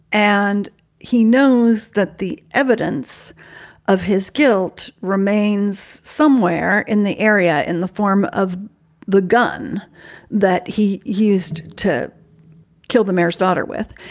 and he knows that the evidence of his guilt remains somewhere in the area in the form of the gun that he used to kill the mayor's daughter with.